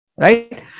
Right